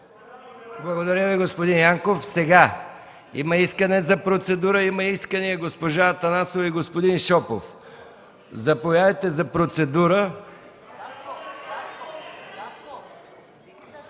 Благодаря Ви, господин Янков. Има искане за процедура, има искане и от госпожа Атанасова и господин Шопов. Заповядайте за процедура,